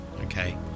Okay